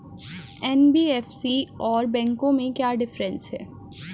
NBFC और बैंकों में क्या डिफरेंस है?